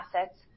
assets